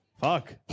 Fuck